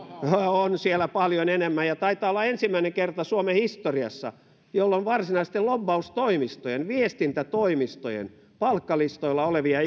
on siellä paljon enemmän ja taitaa olla ensimmäinen kerta suomen historiassa jolloin varsinaisten lobbaustoimistojen viestintätoimistojen palkkalistoilla olevia